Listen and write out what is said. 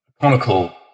conical